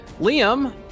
liam